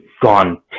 gone